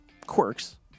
Quirks